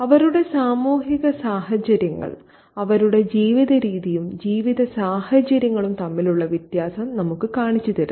അവരുടെ സാമൂഹിക സാഹചര്യങ്ങൾ അവരുടെ ജീവിതരീതിയും ജീവിത സാഹചര്യങ്ങളും തമ്മിലുള്ള വ്യത്യാസം നമുക്ക് കാണിച്ചുതരുന്നു